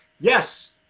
Yes